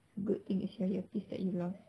good thing is your earpiece that you lost